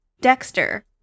Dexter